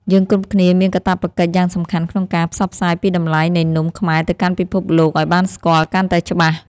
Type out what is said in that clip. យើងគ្រប់គ្នាមានកាតព្វកិច្ចយ៉ាងសំខាន់ក្នុងការផ្សព្វផ្សាយពីតម្លៃនៃនំខ្មែរទៅកាន់ពិភពលោកឱ្យបានស្គាល់កាន់តែច្បាស់។